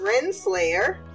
Renslayer